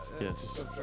Yes